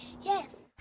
Yes